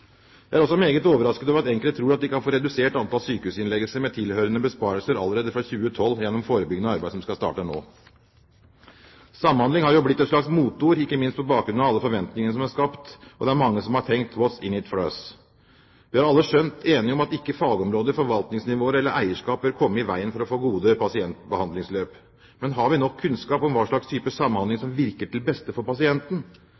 Jeg er også meget overrasket over at enkelte tror de kan få redusert antall sykehusinnleggelser med tilhørende besparelser allerede fra 2012, gjennom forebyggende arbeid som skal starte nå. Samhandling har nå blitt et slags moteord, ikke minst på bakgrunn av alle forventningene som er skapt, og det er mange som har tenkt: «What’s in it for us?» Vi er alle skjønt enige om at fagområder, forvaltningsområder eller eierskap ikke bør komme i veien for å få gode pasientbehandlingsløp. Men har vi nok kunnskap om hva slags type samhandling